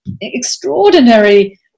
extraordinary